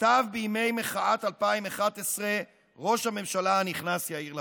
כתב בימי מחאת 2011 ראש הממשלה הנכנס יאיר לפיד.